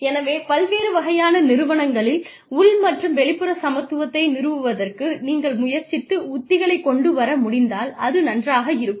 எனவே பல்வேறு வகையான நிறுவனங்களில் உள் மற்றும் வெளிப்புற சமத்துவத்தை நிறுவுவதற்கு நீங்கள் முயற்சித்து உத்திகளைக் கொண்டு வர முடிந்தால் அது நன்றாக இருக்கும்